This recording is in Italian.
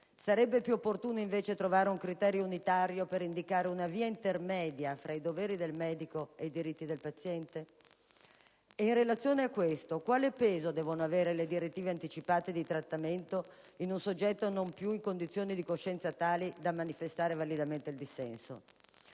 Sarebbe più opportuno, invece, trovare un criterio unitario per indicare una via intermedia tra i doveri del medico ed i diritti del paziente? In relazione a ciò, quale peso devono avere le direttive anticipate di trattamento in un soggetto non più in condizioni di coscienza tali da consentirgli di manifestare validamente un dissenso?